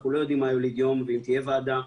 אנחנו לא יודעים מה יוליד יום ואם תהיה ועדה.